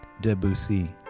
Debussy